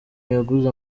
yaguze